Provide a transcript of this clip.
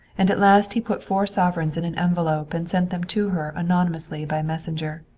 and at last he put four sovereigns in an envelope and sent them to her anonymously by messenger.